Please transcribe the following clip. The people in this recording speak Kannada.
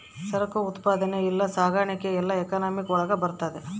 ಸರಕು ಉತ್ಪಾದನೆ ಇಲ್ಲ ಸಾಗಣೆ ಎಲ್ಲ ಎಕನಾಮಿಕ್ ಒಳಗ ಬರ್ತದೆ